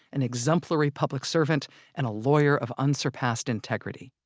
an exemplary public servant and a lawyer of unsurpassed integrity.